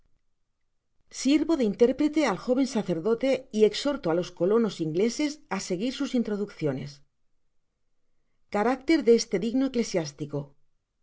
sirvo de interprete al joven sacerdote y exhorto á los colonos ingleses á seguir sus instruccio nes carácter de este digno eclesiástico